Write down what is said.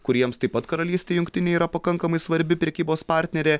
kuriems taip pat karalystė jungtinė yra pakankamai svarbi prekybos partnerė